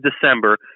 December